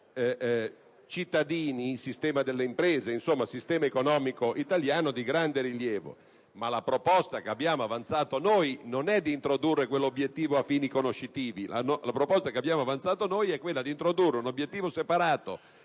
cittadini, sistema delle imprese, insomma sistema economico italiano di grande rilievo. Ma la proposta che abbiamo avanzato noi non è di introdurre quell'obiettivo a fini conoscitivi. La proposta che abbiamo avanzato è tesa ad introdurre un obiettivo separato